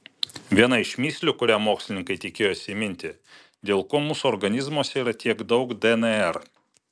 viena iš mįslių kurią mokslininkai tikėjosi įminti dėl ko mūsų organizmuose yra tiek daug dnr